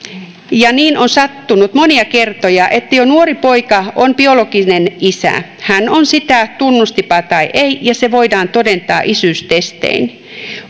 niin on sattunut monia kertoja että jo nuori poika voi olla biologinen isä hän on sitä tunnustipa tai ei ja se voidaan todentaa isyystestein